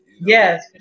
Yes